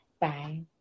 Bye